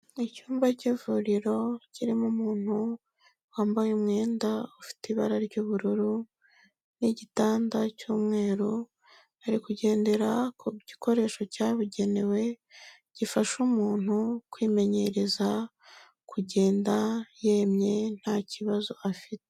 Icyumba cy'ivuriro kirimo umuntu wambaye umwenda ufite ibara ry'ubururu n'igitanda cy'umweru, ari kugendera ku gikoresho cyabugenewe, gifasha umuntu kwimenyereza kugenda yemye nta kibazo afite.